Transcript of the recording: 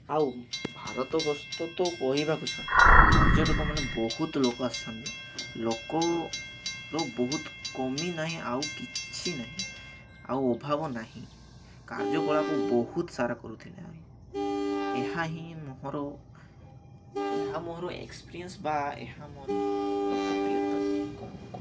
ଆଉ ଭାରତ ଗସ୍ତ ତ କହିବାକୁ ଛାଡ଼ ପର୍ଯ୍ୟଟକମାନେ ବହୁତ ଲୋକ ଆସିଥାନ୍ତି ଲୋକର ବହୁତ କମି ନାହିଁ ଆଉ କିଛି ନାହିଁ ଆଉ ଅଭାବ ନାହିଁ କାର୍ଯ୍ୟକଳାପ ବହୁତ ସାରା କରୁଥିଲେ ଆ ଏହା ହିଁ ମୋର ଏହା ମୋର ଏକ୍ସପିରିଏନ୍ସ ବା ଏହା ମୋର ଲୋକପ୍ରିୟତା କ'ଣ କହିବି